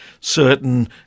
certain